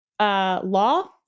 law